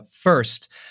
first